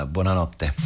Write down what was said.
Buonanotte